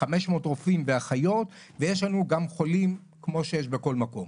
500 רופאים ואחיות ויש לנו גם חולים כמו שיש בכל מקום.